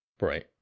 Right